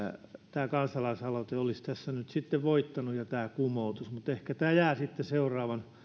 tämä kansalaisaloite olisi tässä nyt sitten voittanut ja tämä kumoutuisi mutta ehkä jää sitten seuraavan